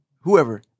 whoever